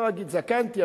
לא אגיד זקנתי,